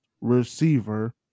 receiver